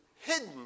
hidden